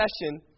session